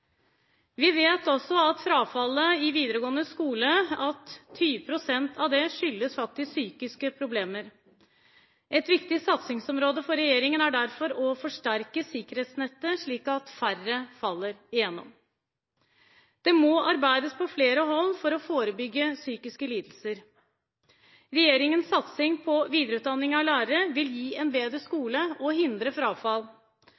Vi vet også at 20 pst. av frafallet i videregående skole skyldes psykiske problemer. Et viktig satsingsområde for regjeringen er derfor å forsterke sikkerhetsnettet, slik at færre faller igjennom. Det må arbeides på flere hold for å forebygge psykiske lidelser. Regjeringens satsing på videreutdanning av lærere vil gi en bedre